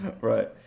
Right